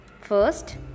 first